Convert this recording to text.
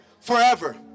forever